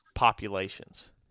Populations